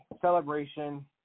Celebration